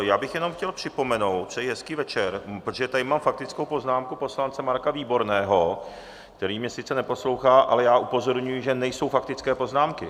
Já bych chtěl jenom připomenout přeji hezký večer protože tady mám faktickou poznámku poslance Marka Výborného, který mě sice neposlouchá, ale já upozorňuji, že nejsou faktické poznámky.